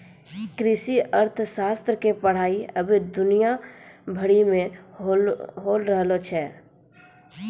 कृषि अर्थशास्त्र के पढ़ाई अबै दुनिया भरि मे होय रहलो छै